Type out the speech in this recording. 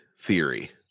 theory